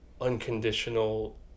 unconditional